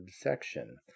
section